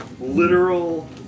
Literal